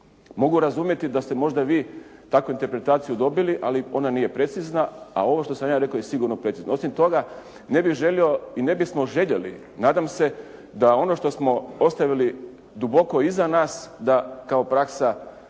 Mogu razumjeti da ste možda vi tako interpretaciju dobili, ali ona nije precizna, a ovo što sam ja rekao je sigurno precizno. Osim toga, ne bih želio i ne bismo željeli, nadam se, da ono što smo ostavili duboko iza nas, da kao praksa